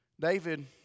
David